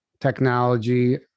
technology